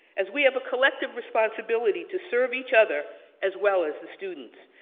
as we have a collective responsibility to serve each other, as well as the students.